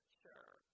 sure